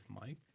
Mike